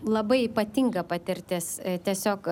labai ypatinga patirtis tiesiog